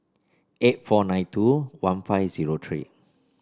eight four nine two one five zero three